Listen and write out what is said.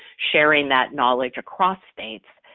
sharing that knowledge across states,